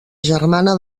germana